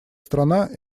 страна